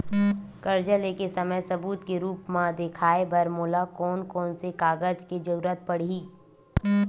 कर्जा ले के समय सबूत के रूप मा देखाय बर मोला कोन कोन से कागज के जरुरत पड़ही?